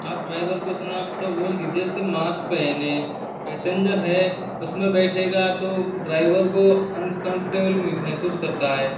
आप ड्राइवर को इतना तो बोल दीजिए से की मास्क पहने पैसेंजर है उसमें बैठेगा तो ड्राइवर को अनकंफर्टेबल महसूस करता है